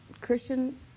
Christian